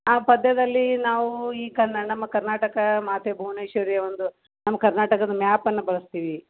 ಆ ಪದ್ಯದಲ್ಲಿ ನಾವು ಈ ಕನ್ನಡ ನಮ್ಮ ಕರ್ನಾಟಕ ಮಾತೆ ಭುವನೇಶ್ವರಿಯ ಒಂದು ನಮ್ಮ ಕರ್ನಾಟಕದ ಮ್ಯಾಪನ್ನು ಬಳಸ್ತೀವಿ